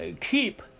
keep